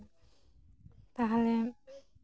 ᱛᱟᱦᱚᱞᱮ